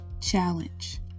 challenge